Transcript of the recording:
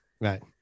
Right